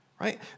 right